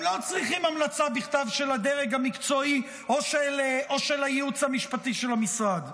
הם לא צריכים המלצה בכתב של הדרג המקצועי או של הייעוץ המשפטי של המשרד.